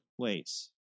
place